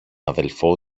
αδελφό